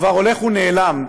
כבר הולך ונעלם.